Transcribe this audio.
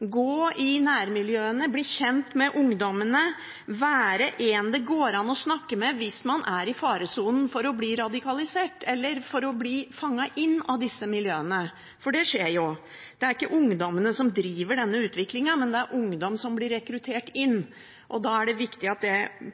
gå i nærmiljøene, bli kjent med ungdommene, være en det går an å snakke med hvis man er i faresonen for å bli radikalisert eller for å bli fanget inn av disse miljøene, for det skjer jo. Det er ikke ungdommene som driver denne utviklingen, men det er ungdom som blir rekruttert inn, og da er det viktig at